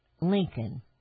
Lincoln